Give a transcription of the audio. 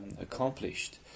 accomplished